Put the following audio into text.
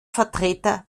vertreter